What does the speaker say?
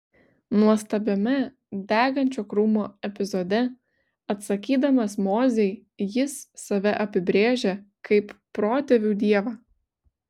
nuostabiame degančio krūmo epizode atsakydamas mozei jis save apibrėžia kaip protėvių dievą